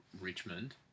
Richmond